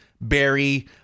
Barry